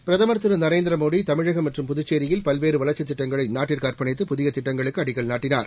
பிரதமர் திரு நரேந்திரமோடி தமிழகம் மற்றும் புதுச்சேரியில் பல்வேறு வளர்ச்சி திட்டங்களை நாட்டிற்கு அர்ப்பணித்து புதிய திட்டங்களுக்கு அடிக்கல் நாட்டினார்